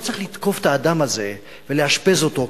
לא צריך לתקוף את האדם הזה ולאשפז אותו,